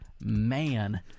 Man